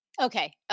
Okay